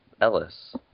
Ellis